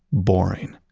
boring.